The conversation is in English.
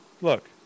Look